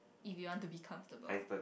if you want to be comfortable